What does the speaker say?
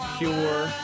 pure